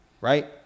Right